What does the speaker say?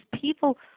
people